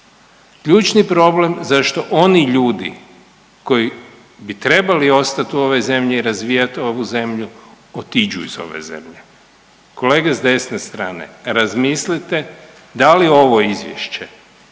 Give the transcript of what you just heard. ključni problem zašto oni ljudi koji bi trebali ostati u ovoj zemlji i razvijati ovu zemlju otiđu iz ove zemlje. Kolege s desne strane razmislite da li ovo izvješće,